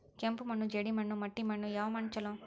ಕೆಂಪು ಮಣ್ಣು, ಜೇಡಿ ಮಣ್ಣು, ಮಟ್ಟಿ ಮಣ್ಣ ಯಾವ ಮಣ್ಣ ಛಲೋ?